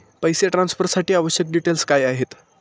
पैसे ट्रान्सफरसाठी आवश्यक डिटेल्स काय आहेत?